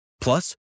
Plus